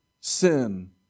sin